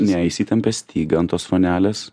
ne jis įtempia stygą ant tos vonelės